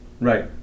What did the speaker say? right